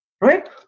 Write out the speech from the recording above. right